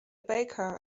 baker